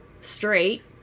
straight